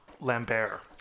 Lambert